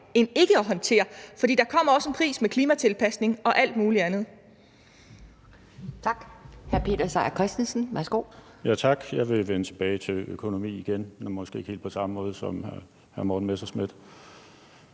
end ikke at håndtere, for der kommer også en pris med klimatilpasning og alt muligt andet.